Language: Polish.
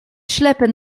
ślepy